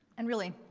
and really,